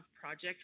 Project